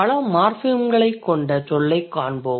பல மார்ஃபிம்களைக் கொண்ட சொல்லைக் காண்போம்